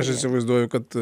aš įsivaizduoju kad